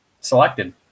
selected